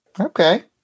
Okay